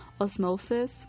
osmosis